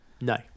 no